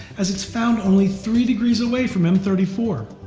as it is found only three degrees away from m three four.